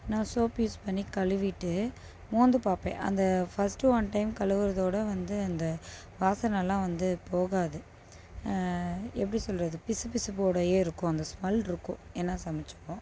நான் soap use பண்ணி கழுவிட்டு மோந்து பார்ப்பேன் அந்த ஃபஸ்ட்டு ஒன் டைம் கழுவறதோட வந்து அந்த வாசனைலா வந்து போகாது எப்படி சொல்வது பிசுபிசுப்போடையே இருக்கும் அந்த ஸ்மெல்யிருக்கும் என்ன சமைத்தோமோ